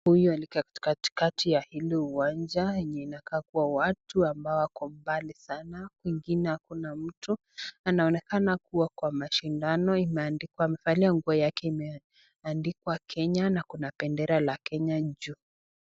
Huyu aliye katikati ya uwanja yenye inakaa kuwa na watu walio mbali sana, pengine hakuna watu. Anaonekana kuwa kwa mashindano imeandikwa, amevalia nguo imeandikwa Kenya na kuna bendera la Kenya juu.